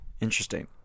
interesting